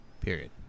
Period